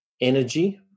energy